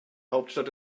hauptstadt